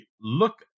look